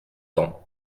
temps